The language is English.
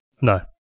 No